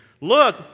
Look